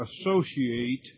associate